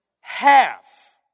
Half